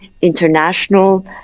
international